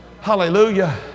Hallelujah